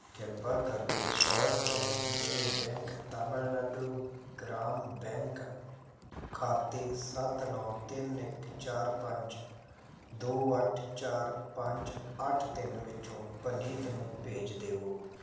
ਕਿਰਪਾ ਕਰਕੇ ਸੌ ਰੁਪਏ ਮੇਰੇ ਬੈਂਕ ਤਾਮਿਲਨਾਡੂ ਗ੍ਰਾਮ ਬੈਂਕ ਖਾਤੇ ਸੱਤ ਨੌਂ ਤਿੰਨ ਇੱਕ ਚਾਰ ਪੰਜ ਦੋ ਅੱਠ ਚਾਰ ਪੰਜ ਅੱਠ ਤਿੰਨ ਵਿੱਚੋਂ ਪ੍ਰਨੀਤ ਨੂੰ ਭੇਜ ਦੇਵੋ